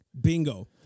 Bingo